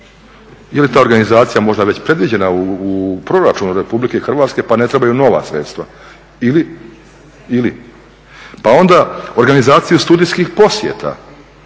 li ta organizacija možda već predviđena u proračunu Republike Hrvatske pa ne trebaju nova sredstva ili? Pa onda organizaciju studijskih posjeta